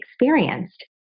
experienced